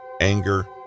anger